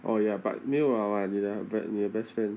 oh ya but 没有 liao [what] 你的 best friend